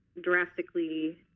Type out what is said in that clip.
drastically